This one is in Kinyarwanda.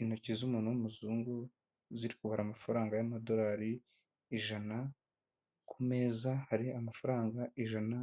Intoki z'umuntu w'umuzungu ziri kubara amafaranga y'amadorari ijana, ku meza hari amafaranga ijana